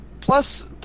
plus